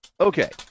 Okay